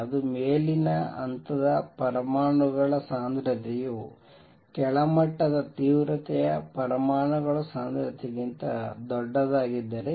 ಅದು ಮೇಲಿನ ಹಂತದ ಪರಮಾಣುಗಳ ಸಾಂದ್ರತೆಯು ಕೆಳಮಟ್ಟದ ತೀವ್ರತೆಯ ಪರಮಾಣುಗಳ ಸಾಂದ್ರತೆಗಿಂತ ದೊಡ್ಡದಾಗಿದ್ದರೆ